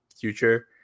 future